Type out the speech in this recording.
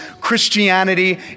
Christianity